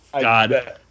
God